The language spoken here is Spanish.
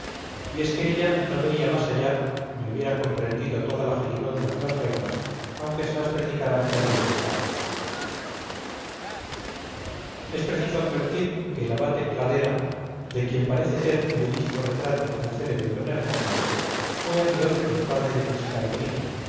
y es que ella no veía más allá ni hubiera comprendido toda la jerigonza de las reglas aunque se las predicaran frailes descalzos es preciso advertir que el abate cladera de quien parece ser fidelísimo retrato el célebre don hermógenes fue amigote del padre de nuestra heroína